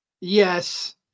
Yes